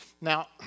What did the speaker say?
Now